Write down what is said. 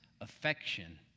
affection